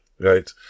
Right